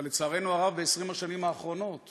אבל לצערנו הרב, ב-20 השנים האחרונות